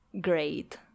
great